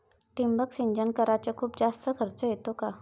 ठिबक सिंचन कराच खूप जास्त खर्च येतो का?